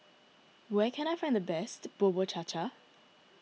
where can I find the best Bubur Cha Cha